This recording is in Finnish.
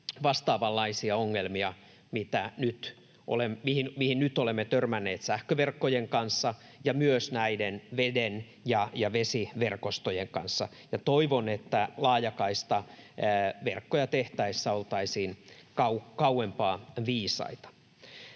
vastaavanlaisia ongelmia, mihin nyt olemme törmänneet sähköverkkojen kanssa ja myös veden ja vesiverkostojen kanssa. Toivon, että laajakaistaverkkoja tehtäessä oltaisiin kauempaa viisaita.